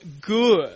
good